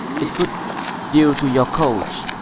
it could due to your coach!